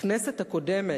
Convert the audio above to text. הכנסת הקודמת,